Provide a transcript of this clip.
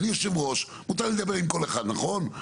אני יושב הראש, מותר לי לדבר עם כל אחד, נכון?